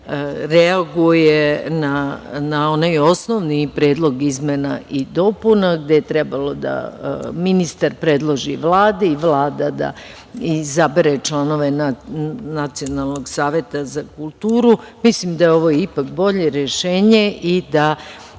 reaguje na onaj osnovni predlog izmena i dopuna, gde je trebalo da ministar predloži Vladi, Vlada da izabere članove Nacionalnog saveta za kulturu. Mislim da je ovo ipak bolje rešenje i da